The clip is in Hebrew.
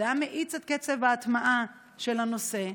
זה היה מאיץ את קצב ההטמעה של הנושא.